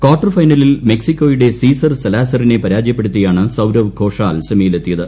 quarter ഫൈനലിൽ മെക്സിക്കോയുടെ Cesar സലാസറിനെ പരാജയപ്പെടുത്തിയാണ് സൌരവ് ഘോഷാൽ സെമിയി ലെത്തിയത്